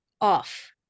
off